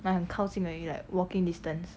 like 很靠近而已 like walking distance